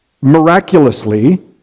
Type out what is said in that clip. miraculously